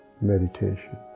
meditation